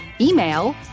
email